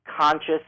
conscious